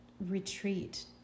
retreat